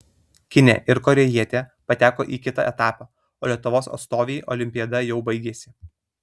kinė ir korėjietė pateko į kitą etapą o lietuvos atstovei olimpiada jau baigėsi